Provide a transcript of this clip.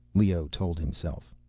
leoh told himself.